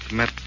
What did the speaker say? met